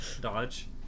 dodge